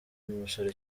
n’umusore